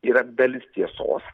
yra dalis tiesos